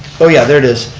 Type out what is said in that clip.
oh yeah, there it is.